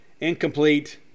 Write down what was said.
Incomplete